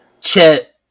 Chet